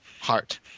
Heart